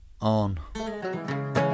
On